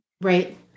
Right